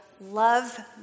love